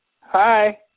Hi